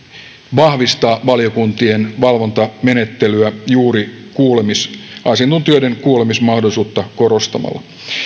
vahvistaa valiokuntien valvontamenettelyä juuri asiantuntijoiden kuulemismahdollisuutta korostamalla